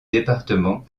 département